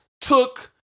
took